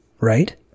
right